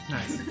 Nice